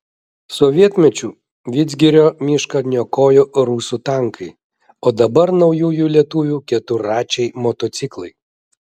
sovietmečiu vidzgirio mišką niokojo rusų tankai o dabar naujųjų lietuvių keturračiai motociklai